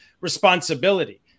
responsibility